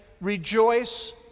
rejoice